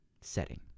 setting